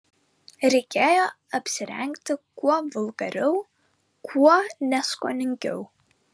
reikėjo apsirengti kuo vulgariau kuo neskoningiau